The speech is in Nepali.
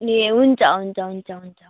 ए हुन्छ हुन्छ हुन्छ हुन्छ हुन्छ